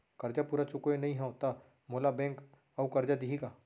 करजा पूरा चुकोय नई हव त मोला बैंक अऊ करजा दिही का?